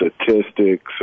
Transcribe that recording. statistics